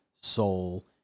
soul